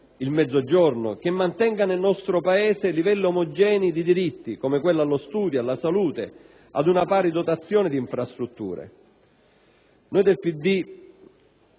il Mezzogiorno, e che mantenga nel nostro Paese livelli omogenei di diritti, come quelli allo studio, alla salute e ad una pari dotazione di infrastrutture? Noi del